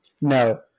No